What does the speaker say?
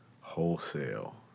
Wholesale